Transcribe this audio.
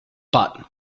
but